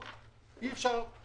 נכנסנו לתהליך ארוך מאוד,